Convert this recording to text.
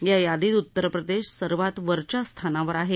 या यादीत उत्तर प्रदेश सर्वात वरच्या स्थानावर आहे